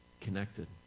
connected